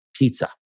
pizza